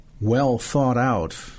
well-thought-out